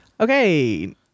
okay